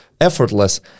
Effortless